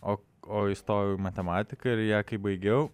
o o įstojau į matematiką ir ją kai baigiau